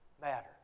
matter